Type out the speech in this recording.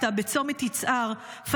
הייתה בצומת יצהר בדרכה הביתה.